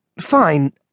fine